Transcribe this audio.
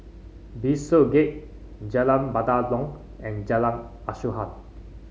Bishopsgate Jalan Batalong and Jalan Asuhan